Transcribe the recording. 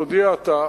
תודיע אתה,